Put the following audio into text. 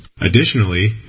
Additionally